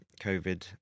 covid